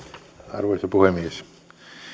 arvoisa puhemies